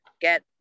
get